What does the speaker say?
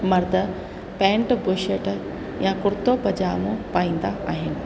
मर्द पैंट बुशर्टि या कुर्तो पजामो पाईंदा आहिनि